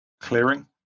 clearing